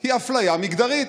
היא אפליה מגדרית.